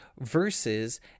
versus